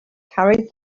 carried